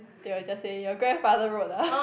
they will just say your grandfather road ah